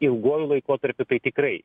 ilguoju laikotarpiu tai tikrai